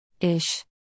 Ish